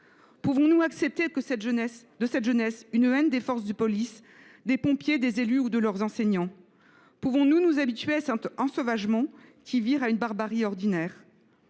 Pouvons nous accepter de cette jeunesse une haine des forces de police, des pompiers, des élus et de leurs enseignants ? Pouvons nous nous habituer à cet ensauvagement, qui vire à la barbarie ordinaire ?